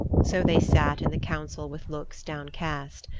so they sat in the council with looks downcast.